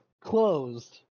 closed